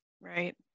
Right